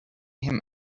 him